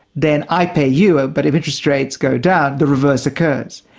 then i pay you, but if interest rates go down, the reverse occurs.